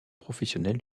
professionnel